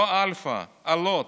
לא אלפא, אלות,